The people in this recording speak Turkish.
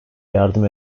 yardım